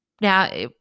now